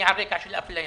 על רקע של אפליה,